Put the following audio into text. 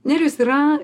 nerijus yra